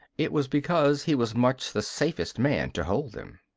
it was because he was much the safest man to hold them.